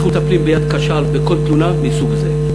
אנחנו מטפלים ביד קשה בכל תלונה מסוג זה.